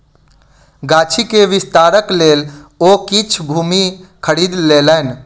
गाछी के विस्तारक लेल ओ किछ भूमि खरीद लेलैन